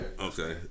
Okay